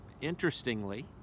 interestingly